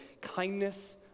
kindness